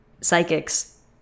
psychics